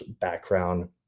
background